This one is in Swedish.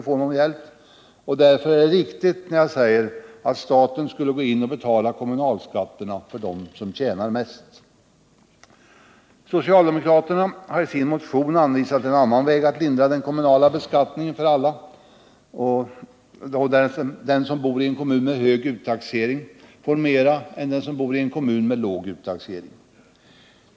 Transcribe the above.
få någon hjälp, och därför är det riktigt när jag säger att staten skulle gå in och betala kommunlskatten för dem som tjänar mest. Socialdemokraterna har i sin motion anvisat en annan väg för att lindra den kommunala beskattningen för alla. Den som bor i en kommun med hög uttaxering får mer än den som bor i en kommun med låg uttaxering.